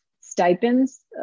stipends